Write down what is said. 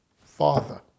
Father